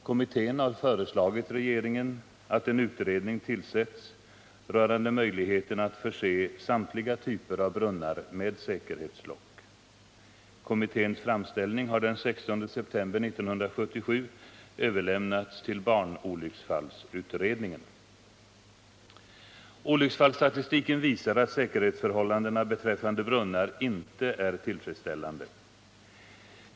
Kommittén har föreslagit regeringen att en utredning tillsätts rörande möjligheten att förse samtliga typer av brunnar med säkerhetslock. Kommitténs framställning har den 16 september 1977 överlämnats till barnolycksfallsutredningen. Olycksfallsstatistiken visar att säkerhetsförhållandena beträffande brunnar inte är tillfredsställande.